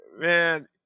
man